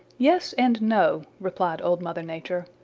yes and no, replied old mother nature.